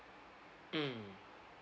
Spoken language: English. mm